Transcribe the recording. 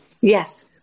Yes